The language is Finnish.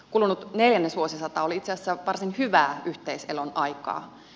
kulunut neljännesvuosisata oli itse asiassa varsin hyvää yhteiselon aikaa